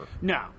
no